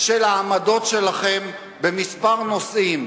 של העמדות שלכם בכמה נושאים,